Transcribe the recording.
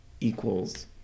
Equals